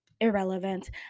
irrelevant